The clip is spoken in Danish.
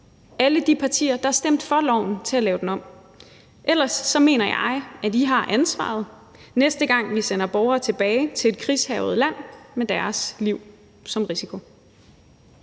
alle de partier, der stemte for loven, til at lave den om. Ellers mener jeg, at I har ansvaret, næste gang vi sender borgere tilbage til et krigshærget land med deres liv som risiko.